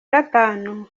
gatanu